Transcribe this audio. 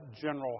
general